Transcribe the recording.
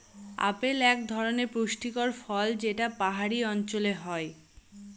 apple এক ধরনের পুষ্টিকর ফল যেটা পাহাড়ি অঞ্চলে হয়